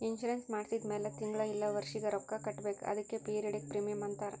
insurance ಮಾಡ್ಸಿದ ಮ್ಯಾಲ್ ತಿಂಗಳಾ ಇಲ್ಲ ವರ್ಷಿಗ ರೊಕ್ಕಾ ಕಟ್ಬೇಕ್ ಅದ್ಕೆ ಪಿರಿಯಾಡಿಕ್ ಪ್ರೀಮಿಯಂ ಅಂತಾರ್